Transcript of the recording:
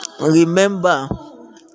remember